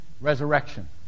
resurrection